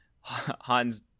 hans